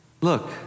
look